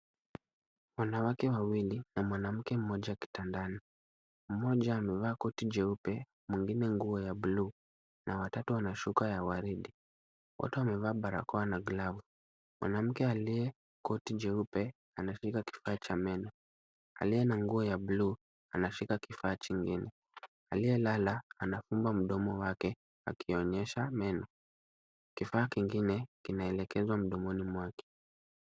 Wanawake wawili na mwanamke mmoja kitandani. Mmoja amevaa koti jeupe, mwingine nguo ya bluu na wa tatu ana shuka ya waridi. Wote wamevaa barakoa na glavu, mwanamke aliye koti jeupe ameshika kifaa cha meno, aliye na nguo ya bluu anashika kifaa kingine. Aliyelala amefunga mdomo wake akionyesha meno. Kifaa kingine kinaelekezwa mdomoni mwake.